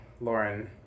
Lauren